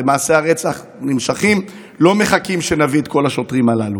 הרי מעשי הרצח נמשכים ולא מחכים שנביא את כל השוטרים הללו.